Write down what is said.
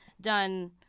done